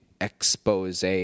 expose